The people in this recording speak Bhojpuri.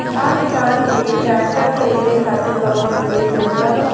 का किसान के ट्रैक्टर खरीदें खातिर कउनों विशेष योजना बा?